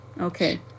Okay